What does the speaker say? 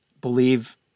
believe